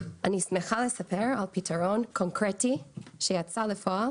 אני שמחה לספר על פתרון קונקרטי שיצא לפועל